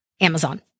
Amazon